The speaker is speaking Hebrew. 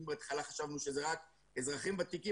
אם בהתחלה חשבנו שזה רק אזרחים ותיקים,